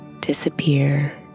disappear